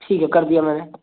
ठीक है कर दिया मैंने